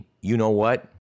you-know-what